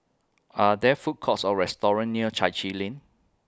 Are There Food Courts Or restaurants near Chai Chee Lane